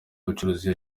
gucuruza